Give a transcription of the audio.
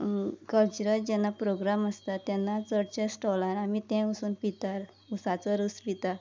cultural जेन्ना programme आसता तेन्ना चडशे स्टॉलान आमी तें वचून पितात उसाचो रूस पिता